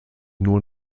nur